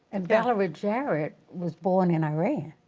and valerie jarrett was born in iran.